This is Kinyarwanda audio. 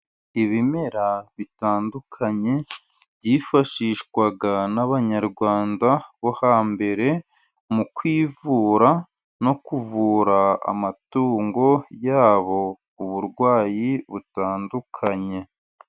Ibimera bitandukanye byifashishwaga n'abanyarwanda bo hambere mu kwivura no kuvura amatungo yabo uburwayi butandukanye.